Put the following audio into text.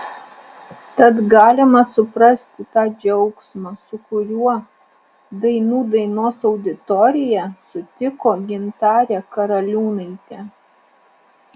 tad galima suprasti tą džiaugsmą su kuriuo dainų dainos auditorija sutiko gintarę karaliūnaitę